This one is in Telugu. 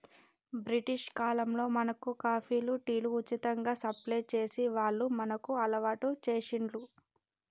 బ్రిటిష్ కాలంలో మనకు కాఫీలు, టీలు ఉచితంగా సప్లై చేసి వాళ్లు మనకు అలవాటు చేశిండ్లు